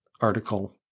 article